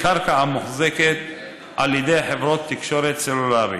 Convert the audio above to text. לקרקע המוחזקת על ידי חברות תקשורת סלולרית.